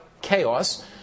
chaos